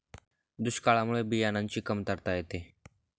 दुष्काळामुळे बियाणांची कमतरता येते